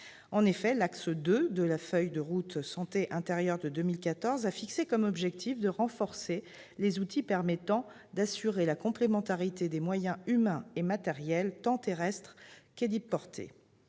En effet, l'axe 2 de la feuille de route santé-intérieur de 2014 a fixé comme objectif de « renforcer les outils permettant d'assurer la complémentarité des moyens humains et matériels, tant terrestres qu'héliportés.